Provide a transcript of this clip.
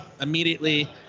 immediately